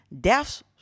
Deaths